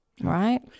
Right